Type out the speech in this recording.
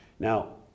Now